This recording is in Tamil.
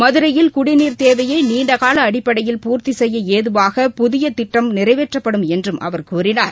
மதுரையில் குடிநீர் தேவையை நீண்ட கால அடிப்படையில் பூர்த்தி செய்ய ஏதுவாக புதிய திட்டம் நிறைவேற்றப்படும் என்றும் அவர் கூறினார்